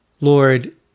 Lord